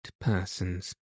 persons